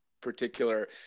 particular